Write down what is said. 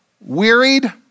Wearied